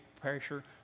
pressure